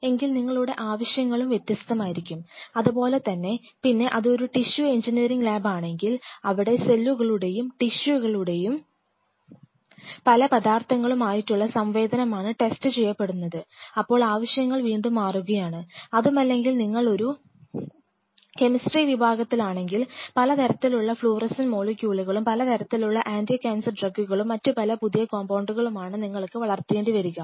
എങ്കിൽ നിങ്ങളുടെ ആവശ്യങ്ങളും വ്യത്യസ്തമായിരിക്കും അതുപോലെതന്നെ പിന്നെ അതൊരു ഒരു ടിഷ്യു എഞ്ചിനീയറിംഗ് ലാബാണെങ്കിൽ അവിടെ സെല്ലുകളുടെയും ടിഷ്യുകളുടെയും പല പദാർഥങ്ങളും ആയിട്ടുള്ള സംവേദനമാണ് ടെസ്റ്റ് ചെയ്യപ്പെടുന്നത് അപ്പോൾ ആവശ്യങ്ങൾ വീണ്ടും മാറുകയാണ് അതുമല്ലെങ്കിൽ നിങ്ങളൊരു ഒരു കെമിസ്ട്രി വിഭാഗത്തിലാണെങ്കിൽ പലതരത്തിലുള്ള ഫ്ലുറെസെൻറ് മോളിക്യൂളുകളും പലതരത്തിലുള്ള ആൻറി കാൻസർ ഡ്രഗുകളും മറ്റു പല പുതിയ കോമ്പൌണ്ടുകളുമാണ് നിങ്ങൾക്ക് വളർത്തേണ്ടി വരിക